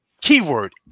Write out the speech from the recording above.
keyword